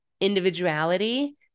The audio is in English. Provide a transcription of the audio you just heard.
individuality